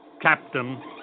Captain